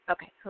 Okay